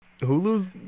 Hulu's